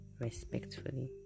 respectfully